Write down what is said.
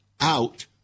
out